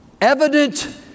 evident